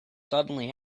suddenly